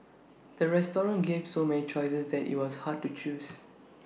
the restaurant gave so many choices that IT was hard to choose